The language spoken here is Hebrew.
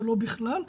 ולא בכלל.